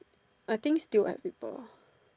I think still add people